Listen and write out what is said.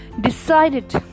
decided